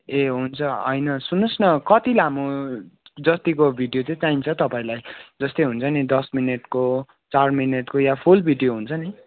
ए हुन्छ होइन सुन्नुहोस् न कति लामो जतिको भिडियो चाहिँ चाहिन्छ तपाईँलाई जस्तै हुन्छ नि दस मिनटको चार मिनटको या फुल भिडियो हुन्छ नि